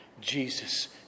Jesus